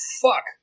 fuck